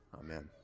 Amen